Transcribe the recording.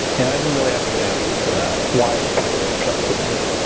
and i didn't really have a good answer for that, why should they have trusted me.